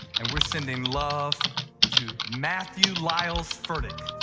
and we're sending love to matthew lyles furtick.